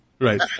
right